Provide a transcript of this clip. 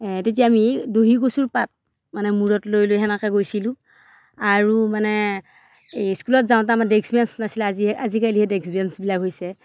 তেতিয়া আমি দহি কচুৰ পাত মানে মূৰত লৈ লৈ সেনেকৈ গৈছিলোঁ আৰু মানে এই স্কুলত যাওঁতে আমাৰ ডেক্স বেঞ্চ নাছিলে আজিহে আজিকালিহে ডেক্স বেঞ্চবিলাক হৈছে